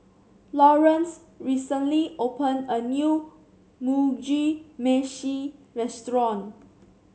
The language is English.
Lawrance recently open a new Mugi Meshi Restaurant